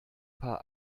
paar